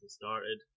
started